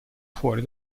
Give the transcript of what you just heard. fuori